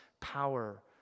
power